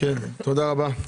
תודה רבה.